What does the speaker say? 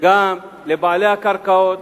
גם לבעלי הקרקעות,